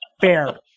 fair